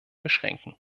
beschränken